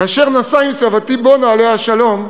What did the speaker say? כאשר נסע עם סבתי בונה, עליה השלום,